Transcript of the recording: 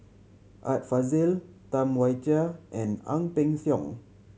Art Fazil Tam Wai Jia and Ang Peng Siong